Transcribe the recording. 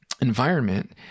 environment